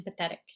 empathetic